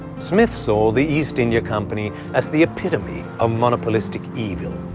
smith saw the east india company as the epitome of monopolistic evil.